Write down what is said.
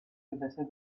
gewässer